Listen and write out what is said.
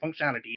functionality